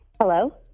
Hello